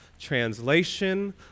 translation